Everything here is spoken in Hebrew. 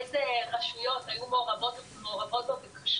איזה רשויות היו מעורבות בה וכשלו,